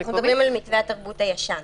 אנחנו מדברים על מתווה התרבות הישן.